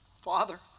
Father